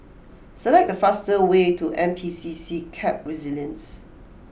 select the fastest way to N P C C Camp Resilience